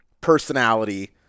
personality